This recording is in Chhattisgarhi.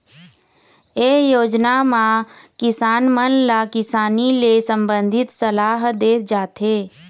ए योजना म किसान मन ल किसानी ले संबंधित सलाह दे जाथे